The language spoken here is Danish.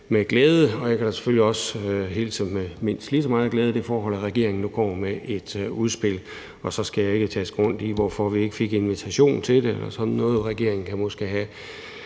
med glæde, og jeg kan da selvfølgelig også hilse med mindst lige så meget glæde det forhold, at regeringen nu kommer med et udspil. Og så skal jeg ikke tæske rundt i, hvorfor vi ikke fik invitation til det eller sådan noget. Regeringen kan måske have